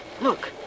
Look